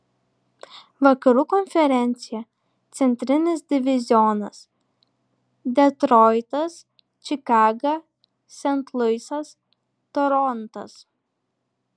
vakarų konferencija centrinis divizionas detroitas čikaga sent luisas torontas